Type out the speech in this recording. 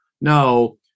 no